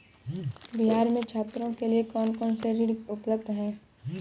बिहार में छात्रों के लिए कौन कौन से ऋण उपलब्ध हैं?